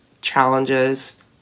challenges